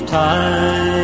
time